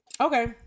okay